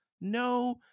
No